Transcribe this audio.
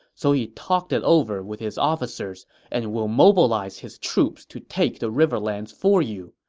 so he talked it over with his officers and will mobilize his troops to take the riverlands for you.